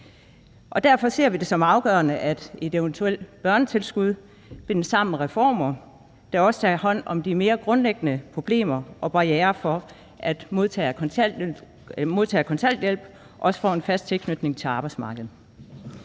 Derfor ser vi det som afgørende, at et eventuelt børnetilskud bindes sammen med reformer, der også tager hånd om de mere grundlæggende problemer med og barrierer for, at modtagere af kontanthjælp får en fast tilknytning til arbejdsmarkedet.